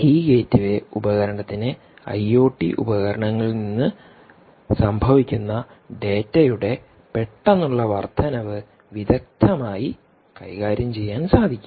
ഈ ഗേറ്റ്വേ ഉപകരണത്തിന് ഐഒടി ഉപകരണങ്ങളിൽ നിന്ന് സംഭവിക്കുന്ന ഡാറ്റയുടെ പെട്ടെന്നുള്ള വർദ്ധനവ് വിദഗ്ധമായി കൈകാര്യം ചെയ്യാൻ കഴിയും